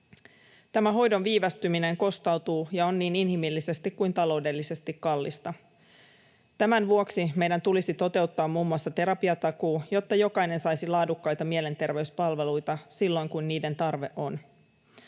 Tämä hoidon viivästyminen kostautuu ja on niin inhimillisesti kuin taloudellisesti kallista. Tämän vuoksi meidän tulisi toteuttaa muun muassa terapiatakuu, jotta jokainen saisi laadukkaita mielenterveyspalveluita silloin, kun niiden tarve on.